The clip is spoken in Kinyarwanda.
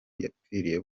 yapfiriye